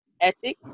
ethic